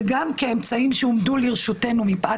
זה גם מכיוון שאמצעים שהועמדו לרשותנו מפאת